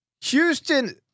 Houston